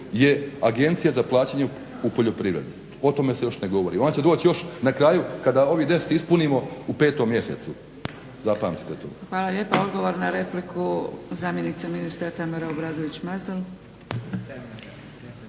je Agencija za plaćanje u poljoprivredi. O tome se još ne govori, ona će doći još na kraju kada ovih 10 ispunimo u 5 mjesecu. Zapamtite to.